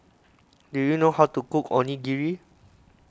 do you know how to cook Onigiri